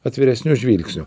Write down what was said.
atviresniu žvilgsniu